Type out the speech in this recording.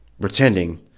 pretending